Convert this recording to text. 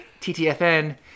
TTFN